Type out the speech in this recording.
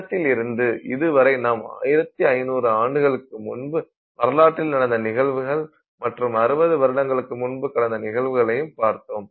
தொடக்கத்திலிருந்து இது வரை நாம் 1500 ஆண்டுகளுக்கு முன்பு வரலாற்றில் நடந்த நிகழ்வுகள் மற்றும் 60 வருடங்களுக்கு முன்பு நடந்த நிகழ்வுகளையும் பார்த்தோம்